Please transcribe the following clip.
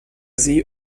sie